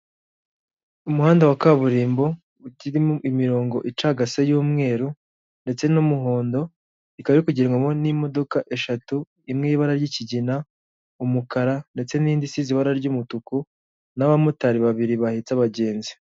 Umuhanda wa kaburimbo ukirimo imirongo icagase y'umweru ndetse n'umuhondo ikaba iri kugerwamo n'imodoka eshatu imwe ibara ry'ikigina, umukara ndetse n'indi isizi ibara ry'umutuku n'abamotari babiri bahetse abagenzi.